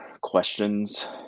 questions